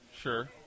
Sure